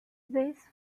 this